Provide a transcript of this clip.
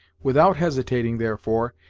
without hesitating, therefore,